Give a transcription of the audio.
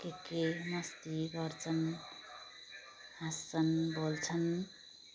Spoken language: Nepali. के के मस्ती गर्छन् हाँस्छन् बोल्छन्